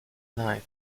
knife